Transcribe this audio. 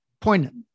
poignant